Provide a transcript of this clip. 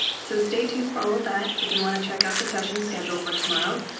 so stay tuned for all of that. if you want to check out the session schedule for tomorrow,